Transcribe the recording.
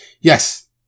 Yes